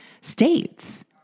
states